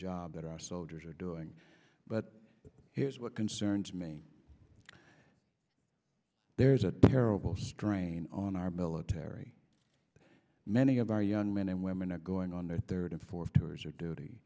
job that our soldiers are doing but what concerns me there is a terrible strain on our military many of our young men and women are going on their third and fourth tours of duty